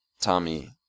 Tommy